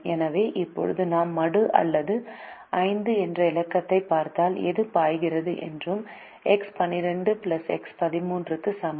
எனவே இப்போது நாம் மடு அல்லது 5 என்ற இலக்கத்தைப் பார்த்தால் எது பாய்கிறது என்பது X12 X13 க்கு சமம்